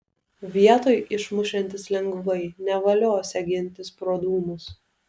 vietoj išmušiantis lengvai nevaliosią gintis pro dūmus